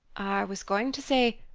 i was going to say,